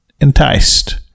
enticed